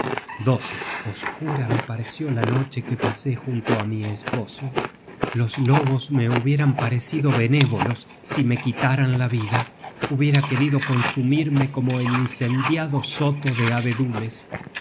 sigurd oscura me pareció la noche que pasé junto á mi esposo los lobos me hubieran parecido benévolos si me quitaran la vida hubiera querido consumirme como el incendiado soto de abedules y